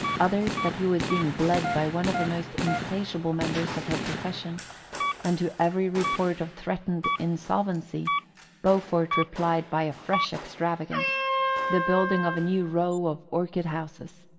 others that he was being bled by one of the most insatiable members of her profession and to every report of threatened insolvency beaufort replied by a fresh extravagance the building of a new row of orchid-houses,